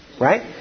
Right